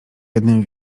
jednym